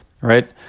right